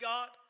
God